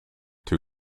two